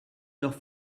leur